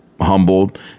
humbled